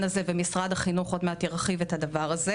הזה ומשרד החינוך עוד מעט ירחיב על זה.